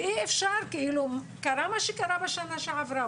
ואי אפשר, קרה מה שקרה בשנה שעברה.